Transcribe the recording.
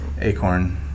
acorn